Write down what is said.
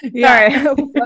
sorry